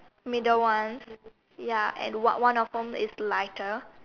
middle one ya and one one of them is lighter